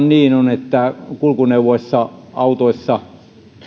niin on että kulkuneuvoissa autoissa